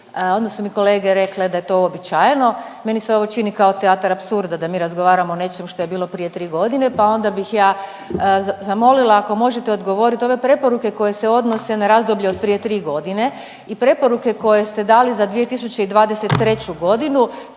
onda su mi kolege rekli da je to uobičajeno. Meni se ovo čini kao teatar apsurda da mi razgovaramo o nečem što je bilo prije tri godine pa onda bih ja zamolila ako možete odgovorit, ove preporuke koje se odnose na razdoblje od prije tri godine i preporuke koje ste dali za 2023.g.